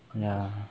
ya